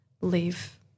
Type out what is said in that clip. leave